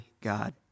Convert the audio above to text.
God